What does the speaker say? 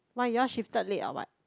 why you all shifted late or what